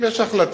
אם יש החלטה,